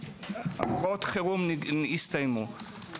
הוראות החירום הסתיימו.